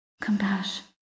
compassion